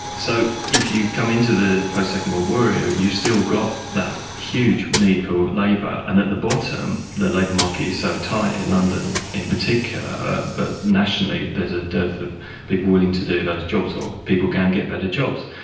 so if you come into the post-second world war era you still got that huge need for labour and at the bottom the labour market is so tight in london in particular but nationally there is a dearth of people willing to do those jobs or people can get better jobs,